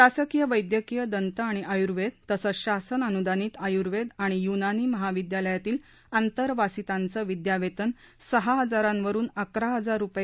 शासकीय वैद्यकीय दंत आणि आयुर्वेद तसंच शासन अनुदानित आयुर्वेद आणि युनानी महाविद्यालयातील आंतरवासितांचं विद्यावेतन सहा हजारांवरून अकरा हजार रुपये